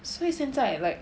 所以现在 like